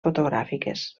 fotogràfiques